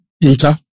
Inter